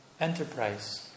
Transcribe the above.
enterprise